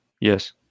Yes